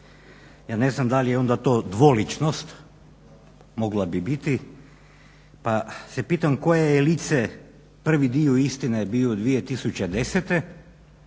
Ja ne znam da li je onda to dvoličnost, mogla bi biti, pa se pitam koje je lice prvi dio istine bio 2010.,